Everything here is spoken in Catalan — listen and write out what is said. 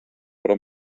però